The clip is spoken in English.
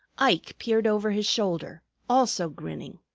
ike peered over his shoulder, also grinning.